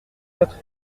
quatre